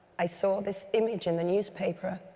i saw this image in the newspaper,